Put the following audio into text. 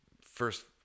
first